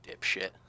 dipshit